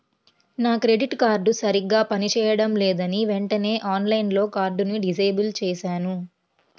నా credit card సరిగ్గా పని చేయడం లేదని వెంటనే ఆన్లైన్లో కార్డుని డిజేబుల్ చేశాను